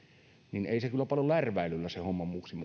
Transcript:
niin ei se kyllä paljon lärväilyllä se homma muuksi